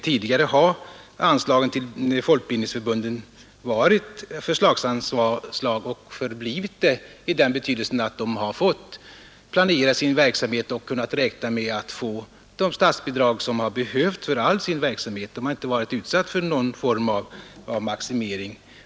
Tidigare har anslagen till folkbildningsförbunden varit förslagsanslag och förblivit det i den betydelsen att förbunden fått planera sin verksamhet och kunnat räkna med att få de statsbidrag som de behövt för hela sin verksamhet. De har inte varit utsatta för någon form av maximering.